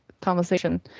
conversation